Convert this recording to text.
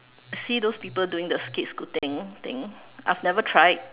see those people doing the skate scooting thing I've never tried